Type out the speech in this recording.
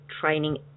training